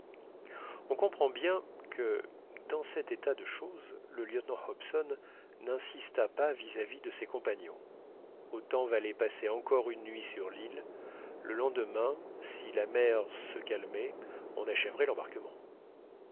on comprend bien que dans cet état de choses le lieutenant hobson n'insista pas vis-à-vis de ses compagnons autant valait passer encore une nuit sur l'île le lendemain si la mer se calmait on achèverait l'embarquement